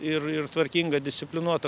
ir ir tvarkinga disciplinuota